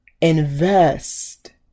invest